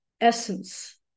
essence